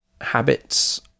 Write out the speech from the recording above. habits